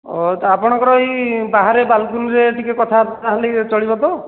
ଆପଣଙ୍କର ଏଇ ବାହାରେ ବାଲ୍କୋନୀରେ ଟିକିଏ କଥାବାର୍ତ୍ତା ହେଲେ ଚଳିବ ତ